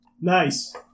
Nice